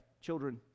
children